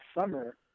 summer